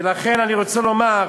ולכן אני רוצה לומר,